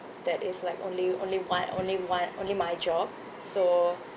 that is like only only one only one only my job so